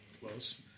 close